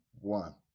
one